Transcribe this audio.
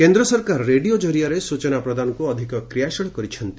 କେନ୍ଦ୍ର ସରକାର ରେଡିଓ କରିଆରେ ସୂଚନା ପ୍ରଦାନକୁ ଅଧିକ କ୍ରିୟାଶୀଳ କରିଛନ୍ତି